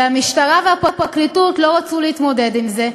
והמשטרה והפרקליטות לא רצו להתמודד עם זה,